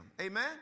Amen